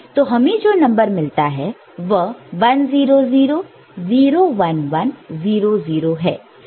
तो हमें जो नंबर मिलता है वह 1 0 0 0 1 1 0 0 है